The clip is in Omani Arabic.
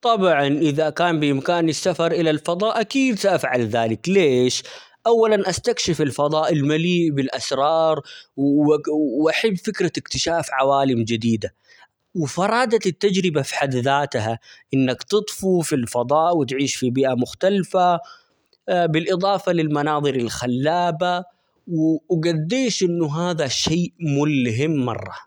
طبعًا إذا كان بإمكاني السفر إلى الفضاء أكيد سأفعل ذلك ليش؟ أولًا استكشف الفضاء المليء بالأسرار ،-و- وأحب فكرة اكتشاف عوالم جديدة، وفرادة التجربة في حد ذاتها إنك تطفو في الفضاء وتعيش في بيئة مختلفة، بالاضافة للمناظر الخلابة ،-و-وقد ايش انه هذا الشيء ملهم مرة.